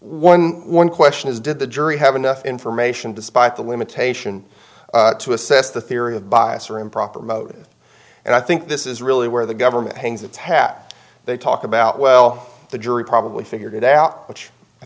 one one question is did the jury have enough information despite the limitation to assess the theory of bias or improper motive and i think this is really where the government hangs its hat they talk about well the jury probably figured it out which i